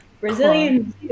Brazilian